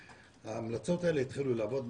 ההמלצות האלה התחילו לעבוד,